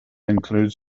include